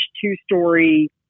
two-story